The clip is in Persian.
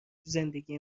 زندگی